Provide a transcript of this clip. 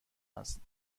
است